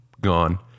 gone